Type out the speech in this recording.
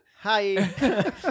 hi